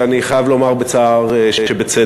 ואני חייב לומר בצער שבצדק.